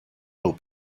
will